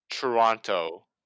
Toronto